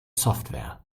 software